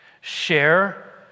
Share